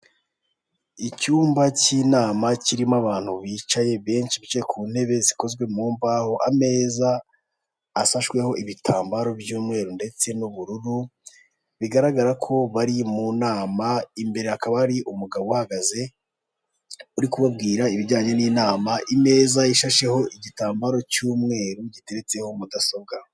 Icyumba k'inama kirimo abantu bicaye benshi, bicaye ku ntebe zikozwe mu mbaho, ameza ashashweho ibitambaro by'umweru ndetse n'ubururu, bigaragara ko bari mu nama imbere hakaba hari umugabo uhagaze uri kubabwira ibijyanye n'inama, imeza ishansheho igitambaro cy'umweru giteretseho mudasobwa.